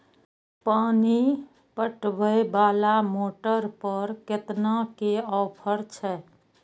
पानी पटवेवाला मोटर पर केतना के ऑफर छे?